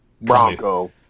Bronco